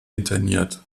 interniert